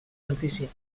notícies